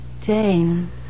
Jane